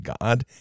God